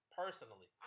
personally